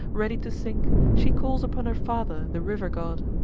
ready to sink, she calls upon her father, the river god